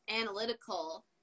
analytical